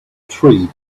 tree